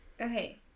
Okay